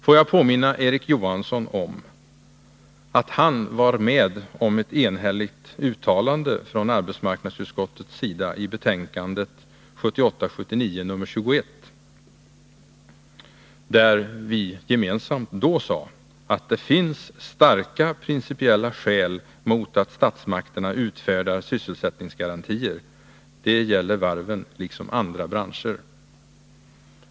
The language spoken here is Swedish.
Får jag påminna Erik Johansson om att han var med om ett enhälligt uttalande från arbetsmarknadsutskottet i betänkandet 1978/79:21. Vi sade där gemensamt att det finns starka principiella skäl mot att statsmakterna utfärdar sysselsättningsgarantier. Det gäller varven liksom andra branscher.